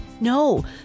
No